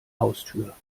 haustür